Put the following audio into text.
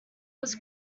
was